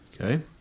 Okay